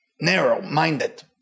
Narrow-minded